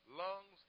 lungs